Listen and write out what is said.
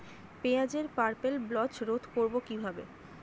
পেঁয়াজের purple blotch রোধ করবো কিভাবে?